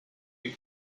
you